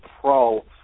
Pro